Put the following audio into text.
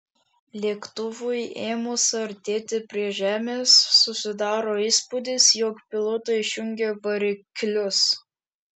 lėktuvui ėmus artėti prie žemės susidaro įspūdis jog pilotai išjungė variklius